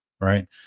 Right